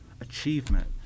achievement